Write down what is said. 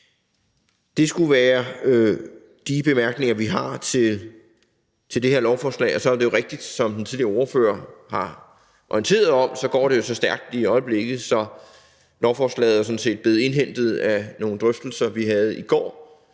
Det skulle være de bemærkninger, vi har til det her lovforslag. Og så er det jo rigtigt, som den tidligere ordfører har orienteret om, at det går så stærkt lige i øjeblikket, at lovforslaget sådan set er blevet indhentet af nogle drøftelser, vi havde i går